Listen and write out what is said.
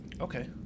Okay